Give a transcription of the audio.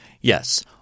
Yes